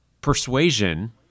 persuasion